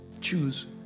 Choose